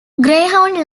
greyhound